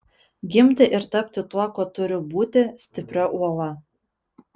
gimti ir tapti tuo kuo turiu būti stipria uola